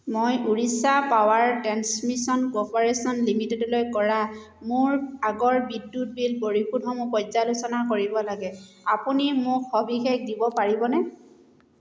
মই Odisha power transmission corporation লিমিটেডলৈ কৰা মোৰ আগৰ বিদ্যুৎ বিল পৰিশোধসমূহ পৰ্যালোচনা কৰিব লাগে আপুনি মোক সবিশেষ দিব পাৰিবনে